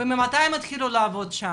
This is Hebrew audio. ומתי התחילו לעבוד.